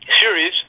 series